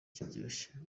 kiryoshye